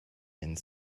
and